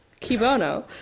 kibono